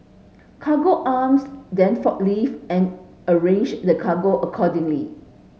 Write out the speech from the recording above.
cargo Arms then forklift and arrange the cargo accordingly